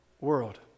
world